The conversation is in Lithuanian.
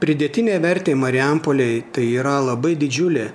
pridėtinė vertė marijampolei tai yra labai didžiulė